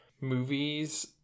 movies